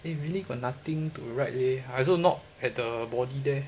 eh really got nothing to write leh I also not at the body there